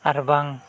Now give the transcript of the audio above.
ᱟᱨᱵᱟᱝ